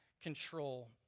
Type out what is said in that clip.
Control